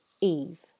Eve